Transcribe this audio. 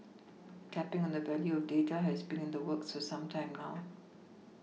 tapPing on the value of data has been in the works for some time now